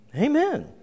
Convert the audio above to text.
amen